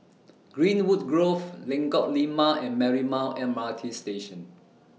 Greenwood Grove Lengkok Lima and Marymount M R T Station